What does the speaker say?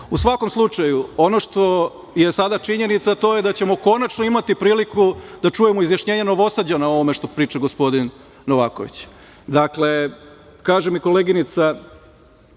svakom slučaju, ono što je sada činjenica, a to je da ćemo konačno imati priliku da čujemo izjašnjenje Novosađana o ovome što priča gospodin Novaković. Dakle, kaže mi koleginica